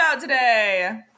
today